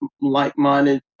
like-minded